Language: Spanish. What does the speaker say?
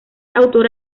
autora